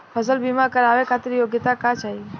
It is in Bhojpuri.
फसल बीमा करावे खातिर योग्यता का चाही?